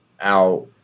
out